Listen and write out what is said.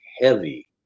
heavy